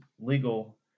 legal